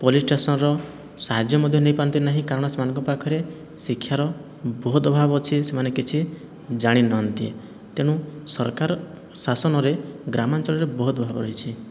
police ଷ୍ଟେସନର ସାହାଯ୍ୟ ମଧ୍ୟ ନେଇପାରନ୍ତି ନାହିଁ କାରଣ ସେମାନଙ୍କ ପାଖରେ ଶିକ୍ଷାର ବହୁତ ଅଭାବ ଅଛି ସେମାନେ କିଛି ଜାଣି ନାହାନ୍ତି ତେଣୁ ସରକାର ଶାସନରେ ଗ୍ରାମାଞ୍ଚଳରେ ବହୁତ ଅଭାବ ରହିଛି